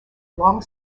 long